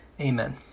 Amen